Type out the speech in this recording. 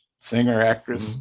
singer-actress